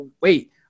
wait